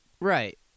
Right